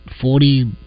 Forty